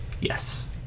Yes